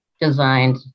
designed